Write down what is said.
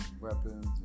weapons